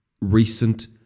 recent